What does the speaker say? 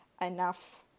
enough